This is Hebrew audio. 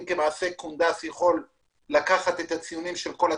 יכול כמעשה קונדס לקחת את הציונים של כל התלמידים.